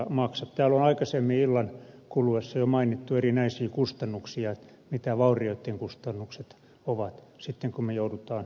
täällä on aikaisemmin illan kuluessa jo mainittu erinäisiä kustannuksia mitä vaurioitten kustannukset ovat sitten kun me joudumme niitä korjailemaan